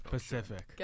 Pacific